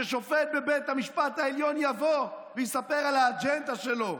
ששופט בבית המשפט העליון יבוא ויספר על האג'נדה שלו,